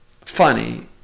funny